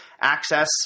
access